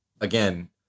again